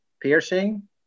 piercing